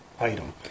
item